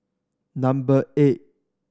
number eight